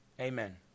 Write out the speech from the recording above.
amen